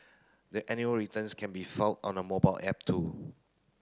the annual returns can be filed on the mobile app too